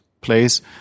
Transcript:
place